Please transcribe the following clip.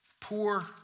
poor